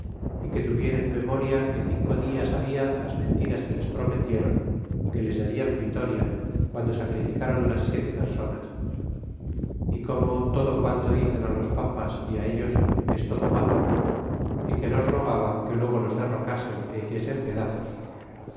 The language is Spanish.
é que tuviesen memoria que cinco dias habla las mentiras que les prometiéron que les darian vitoria guando sacrificaron las siete personas é como todo planto dicen a los papas y ellos es todo malo é que los rogaba que luego los derrocasen é hiciesen pedazos